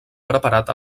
preparat